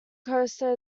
coaster